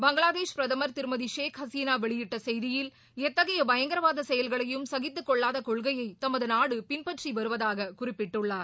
பங்களாதேஷ் பிரதமர் திருமதி ஷேக் ஹசினா வெளியிட்ட செய்தியில் எத்தகைய பயங்கரவாத செயல்களையும் சகித்துக்கொள்ளாத கொள்கையை தமது நாடு பின்பற்றி வருவதாக குறிப்பிட்டுள்ளார்